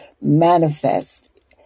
manifest